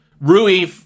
Rui